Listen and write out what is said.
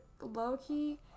low-key